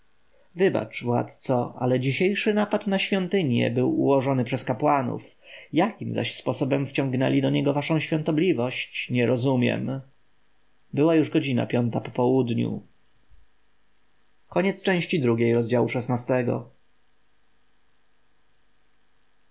wybacz władco ale dzisiejszy napad na świątynie był ułożony przez kapłanów jakim zaś sposobem wciągnęli do niego waszą świątobliwość nie rozumiem była już godzina piąta po południu